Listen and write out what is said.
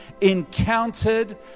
encountered